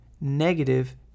negative